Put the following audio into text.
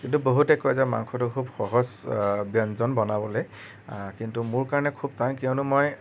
কিন্তু বহুতে কয় যে মাংসটো খুব সহজ ব্যঞ্জন বনাবলৈ কিন্তু মোৰ কাৰণে খুব টান কিয়নো মই